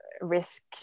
risk